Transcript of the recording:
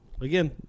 again